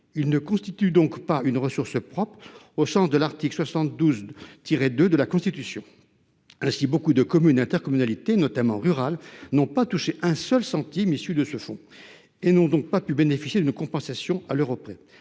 Il ne constitue donc pas une ressource propre au sens de l’article 72 2 de la Constitution. Ainsi, nombre de communes et d’intercommunalités, notamment rurales, n’ont pas touché un seul centime issu de ce fonds et n’ont donc pu bénéficier d’une compensation à l’euro près.